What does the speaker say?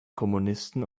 kommunisten